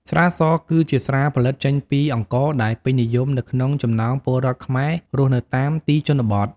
ស្រាស គឺជាស្រាផលិតចេញពីអង្ករ ដែលពេញនិយមនៅក្នុងចំណោមពលរដ្ឋខ្មែររស់នៅតាមទីជនបទ។